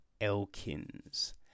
Elkins